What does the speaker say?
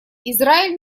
израиль